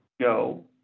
go